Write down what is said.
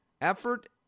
effort